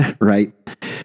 right